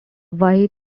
white